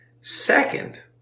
Second